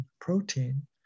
protein